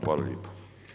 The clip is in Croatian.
Hvala lijepo.